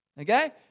Okay